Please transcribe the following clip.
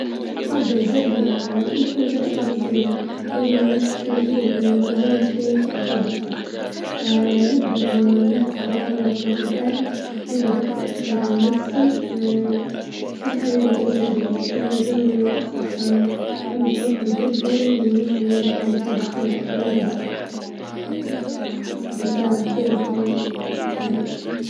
أفظل زر؟ أكيد بيكون زر إيجاف الزمن، لأن نحن محتاجين إنه ننزلهم شوي يمشي أكتر بطئا، نجدر ناخد جرار في الوجت الحالي، ونجدر نركز أكثر على نفسي، هادي حاجة يعني تزعجني، لأن الزمن أصبح عامل توتر جدا بالنسبة لنا جاعد يسابج فينا أكثر من جبل، ونتسارع في الزمن لحالي.